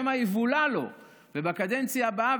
שמא יבולע לו בקדנציה הבאה.